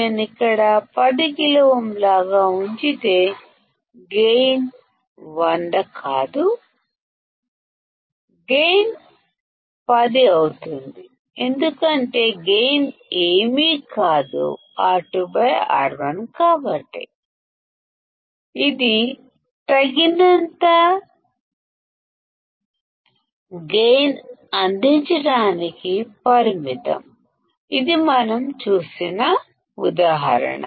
నేను ఇక్కడ 10K ఉంచితే గైన్ 100 అవ్వదు గైన్ 10 అవుతుంది ఎందుకంటే గైన్ R2R1కాబట్టి ఇది తగినంత గైన్ అందించడానికి పరిమితం అవుతుంది ఇది మనం చూసిన ఉదాహరణ